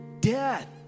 death